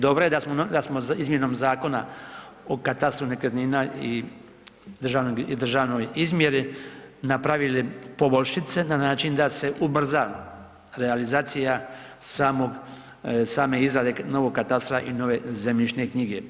Dobro je da smo izmjenom Zakona o katastru nekretnina i državnoj izmjeri napravili poboljšice na način da se ubrza realizacija same izrade novog katastra i nove zemljišne knjige.